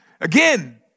again